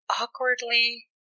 awkwardly